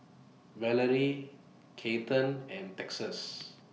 Valerie Kathern and Texas